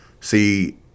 see